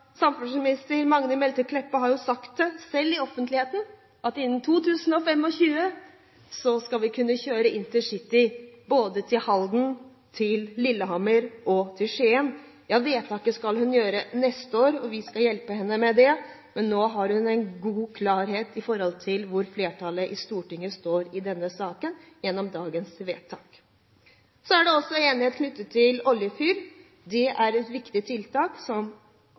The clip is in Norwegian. Samferdselsminister Magnhild Meltveit Kleppa har jo selv sagt offentlig at innen 2025 skal vi kunne kjøre intercity både til Halden, til Lillehammer og til Skien. Vedtaket skal hun gjøre neste år – vi skal hjelpe henne med det – men nå har hun fått klarhet i hvor flertallet i Stortinget står i denne saken, gjennom dagens vedtak. Så er det også enighet knyttet til oljefyring. Det er et viktig tiltak som